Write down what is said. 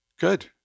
good